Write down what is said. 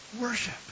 worship